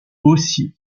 aussi